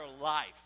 life